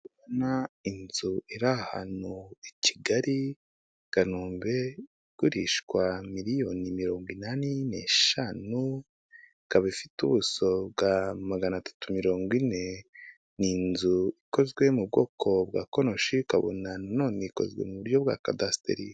Ndikubona inzu iri ahantu i Kigali Kanombe igurishwa miliyoni mirongo inani n'eshanu ikabi ifite ubuso bwa maganatatu mirongo ine, ni inzu ikozwe mu bwoko bwa konoshi ukabona nanone ikozwe mu buryo bwa kadesitari.